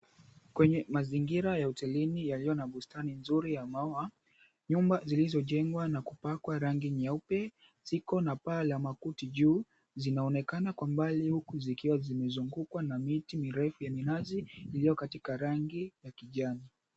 Kwenye mazingira ya hotelini yaliyo na na bustani nzuri ya maua. Nyumba zilizojengwa na kupakwa rangi nyeupe ziko na paa la makuti juu. Zinaonekana kwa mbali huku zikiwa zimezungukwa na miti mirefu ya minazi, iliyo katika rangi ya kijani.